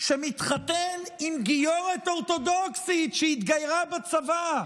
שמתחתן עם גיורת אורתודוקסית שהתגיירה בצבא,